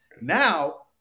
Now